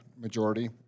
majority